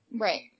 Right